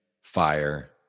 fire